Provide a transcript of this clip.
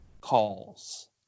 calls